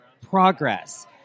progress